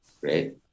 Great